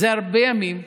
זה הרבה ימים,